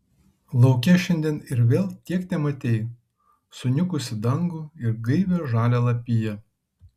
lauke šiandien ir vėl tiek tematei suniukusį dangų ir gaivią žalią lapiją